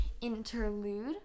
interlude